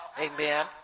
Amen